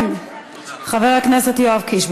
חבר הכנסת יואב קיש,